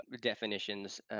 definitions